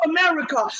America